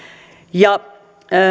ja